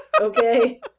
Okay